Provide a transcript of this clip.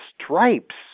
stripes